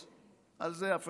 על זה אף אחד לא חשב.